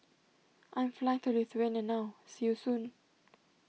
I am flying to Lithuania now see you soon